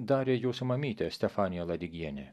darė jūsų mamytė stefanija ladigienė